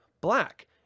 black